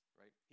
right